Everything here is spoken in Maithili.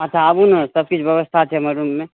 अच्छा आबू ने सब चीज व्यवस्था छै हमे रुममे